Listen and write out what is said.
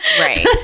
right